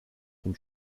dem